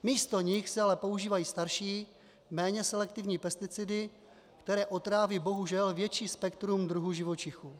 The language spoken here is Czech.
Místo nich se ale používají starší, méně selektivní pesticidy, které otráví bohužel větší spektrum druhů živočichů.